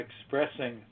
expressing